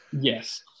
Yes